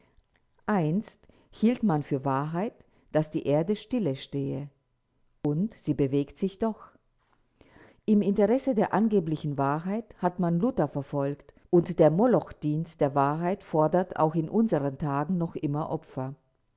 einst hielt man für wahrheit daß die erde stille stehe und sie bewegt sich doch im interesse der angeblichen wahrheit hat man luther verfolgt und huß verbrannt und der molochdienst der wahrheit fordert auch in unseren tagen noch immer opfer